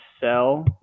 sell